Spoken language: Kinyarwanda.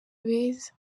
beza